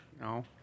No